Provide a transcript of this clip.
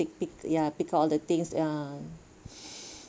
to pick pick up all the things ah